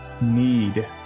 need